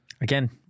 Again